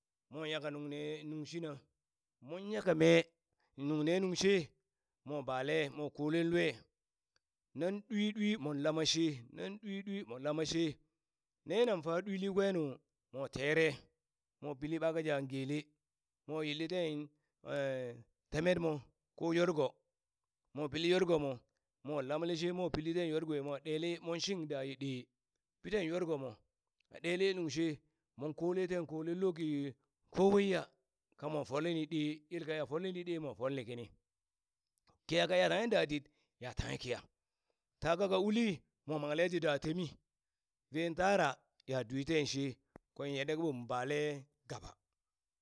Mo nyaka nungne nungshina, mon nyaka mee, nung ne nung she mo bale mo kolen lue nan ɗwi ɗwi mon lamashe, nan ɗwi ɗwi mo lamashe, ne nan fa ɗwili kwenu mo tere mo pili ɓaka jan gele mo yilli ten temet mo ko yorgo, mo pili yorgo mo, mwa lamale she mo pili ten yorgo mo ɗele mon shing daye ɗee, piten yorgomo ɗele ye nungshe, mon kole ten kole loki kowaiya, kamo foline ɗee yelka ya folini ɗee mo folni kini, kiya kaya tanghe dadit ya tanghe kiya, takaka uli mo mangle ti da temi, veen tara ya dwi ten she, kwen yanda kabon bale gaba